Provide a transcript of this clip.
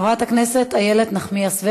חברת הכנסת איילת נחמיאס ורבין,